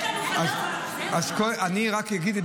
יש לנו חטופה --- אז אני רק אגיב על